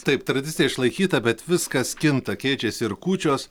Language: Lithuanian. taip tradicija išlaikyta bet viskas kinta keičiasi ir kūčios